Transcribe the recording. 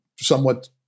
somewhat